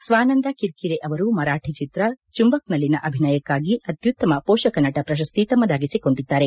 ಸ್ವಾನಂದ ಕಿರ್ಕಿರೆ ಅವರು ಮರಾಠಿ ಚಿತ್ರ ಚುಂಬಕ್ನಲ್ಲಿನ ಅಭಿನಯಕ್ಕಾಗಿ ಅತ್ಯುತ್ತಮ ಮೋಷಕ ನಟ ಪ್ರಶಸ್ತಿ ತಮ್ಮದಾಗಿಸಿಕೊಂಡಿದ್ದಾರೆ